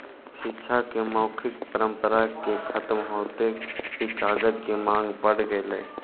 शिक्षा के मौखिक परम्परा के खत्म होइत ही कागज के माँग बढ़ गेलइ